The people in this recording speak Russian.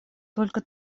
только